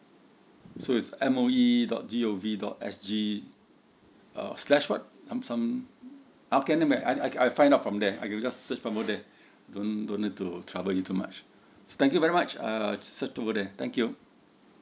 so it's M O E dot G O V dot S G err slash what I'm I'm how can I may I I find out from there I can just search from over there don't don't need to trouble you too much thank you very much uh for today thank you